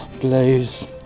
blues